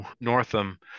Northam